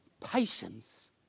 patience